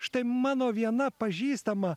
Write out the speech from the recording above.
štai mano viena pažįstama